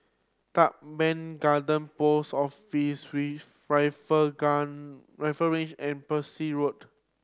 Teban Garden Post Office Rifle Gang Rifle Range and Peirce Road